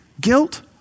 guilt